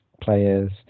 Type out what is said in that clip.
Players